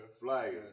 flyers